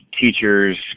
teachers